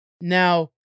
Now